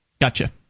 Gotcha